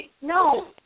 no